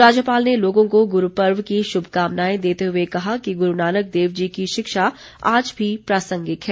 राज्यपाल ने लोगों को गुरू पर्व की शुभकामनाएं देते हुए कहा कि गुरू नानक देव जी की शिक्षा आज भी प्रासंगिक है